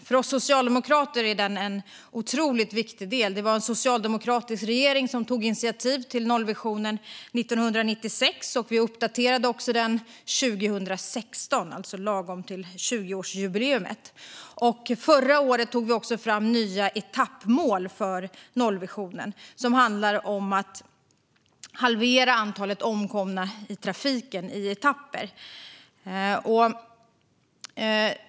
För oss socialdemokrater är den en otroligt viktig del. Det var en socialdemokratisk regering som tog initiativ till nollvisionen 1996, och vi uppdaterade den 2016, alltså lagom till 20-årsjubileet. Förra året tog vi också fram nya etappmål för nollvisionen, som handlar om att halvera antalet omkomna i trafiken i etapper.